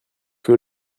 que